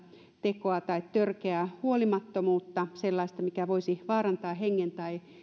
tekoa ja törkeää huolimattomuutta sellaista mikä voisi vaarantaa hengen tai